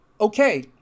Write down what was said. Okay